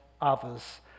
others